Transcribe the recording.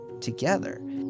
together